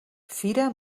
fira